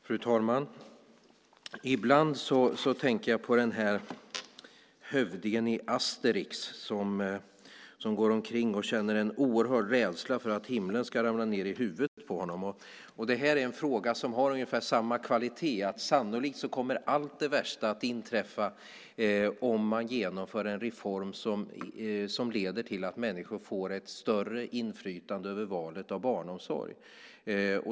Fru talman! Ibland tänker jag på hövdingen i Asterix som går omkring och känner en oerhörd rädsla för att himlen ska ramla ned i huvudet på honom. Det här är en fråga som har ungefär samma kvalitet. Sannolikt kommer allt det värsta att inträffa om man genomför en reform som leder till att människor får ett större inflytande över valet av barnomsorg.